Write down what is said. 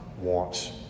wants